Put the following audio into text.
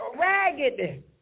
ragged